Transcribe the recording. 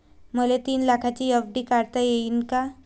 मले तीन लाखाची एफ.डी काढता येईन का?